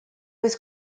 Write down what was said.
was